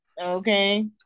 okay